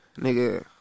nigga